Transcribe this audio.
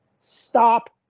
stop